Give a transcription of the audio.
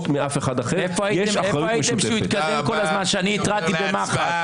איפה היית כשהוא התקדם כל הזמן ואני התרעתי במח"ש,